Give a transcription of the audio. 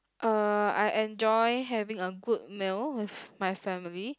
uh I enjoy having a good meal with my family